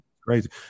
Crazy